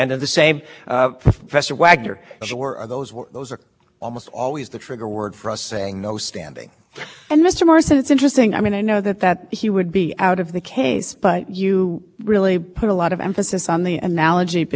some of your clients illustrate exactly one of the big differences which is that contractors tend to be in and out in and out of service and that is really it it exacerbates the risk of pay to play just the kind of qui